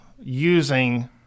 using